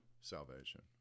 salvation